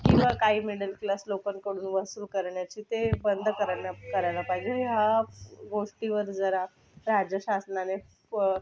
किंवा काही मिडलक्लास लोकांकडून वसूल करण्याची ते एक बंद करायला करायला पाहिजे ह्या गोष्टीवर जरा राज्यशासनाने व